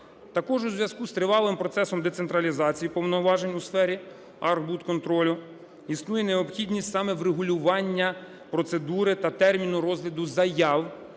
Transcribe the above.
Також у зв'язку з тривалим процесом децентралізації повноважень у сфері архбудконтролю існує необхідність саме врегулювання процедури та терміну розгляду заяв